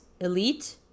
Elite